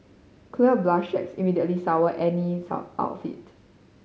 clear bra straps immediately sour any outfit